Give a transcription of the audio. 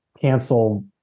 cancel